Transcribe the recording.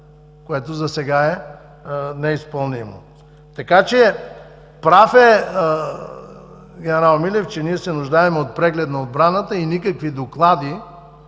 което засега е неизпълнимо! Прав е генерал Милев, че ние се нуждаем от преглед на отбраната и никакви доклади